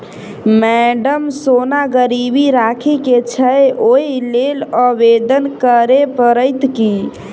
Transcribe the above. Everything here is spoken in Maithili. मैडम सोना गिरबी राखि केँ छैय ओई लेल आवेदन करै परतै की?